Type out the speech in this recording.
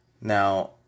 Now